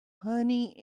honey